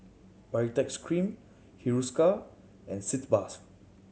Baritex Cream Hiruscar and Sitz Bath